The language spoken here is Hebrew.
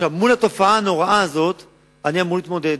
מול התופעה הנוראה הזאת אני אמור להתמודד,